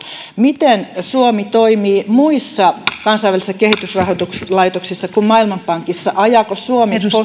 miten suomi toimii muissa kansainvälisissä kehitysrahoituslaitoksissa kuin maailmanpankissa ajaako suomi